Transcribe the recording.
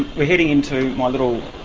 we're heading into my little